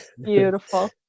beautiful